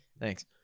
Thanks